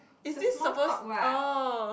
is this suppose oh